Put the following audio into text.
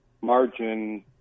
margin